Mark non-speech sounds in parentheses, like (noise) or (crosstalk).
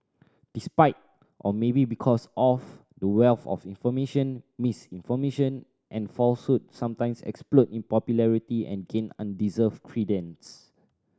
despite or maybe because of the wealth of information misinformation and (unintelligible) sometimes explode in popularity and gain undeserved credence